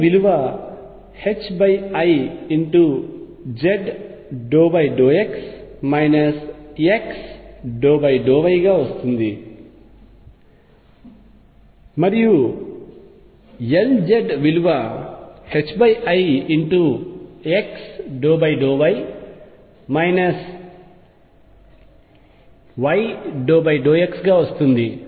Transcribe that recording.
Ly విలువ i z∂x x∂y గా వస్తుంది మరియు Lz విలువ i x∂y y∂x గా వస్తుంది